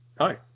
hi